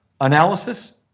analysis